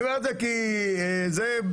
אני אומר את זה, כי זה מבחינת